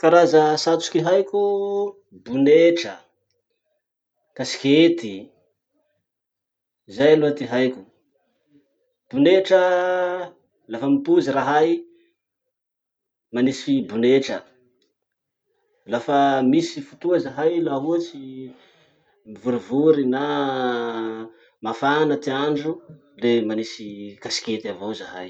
Karaza satroky haiko: bonetra, casquette. Zay aloha ty haiko. Bonetra, lafa mipozy rahay manisy bonetra. Lafa misy fotoa zahay laha ohatsy mivorivory na mafana ty andro le manisy casquette avao zahay.